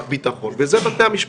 וזה בתי המשפט.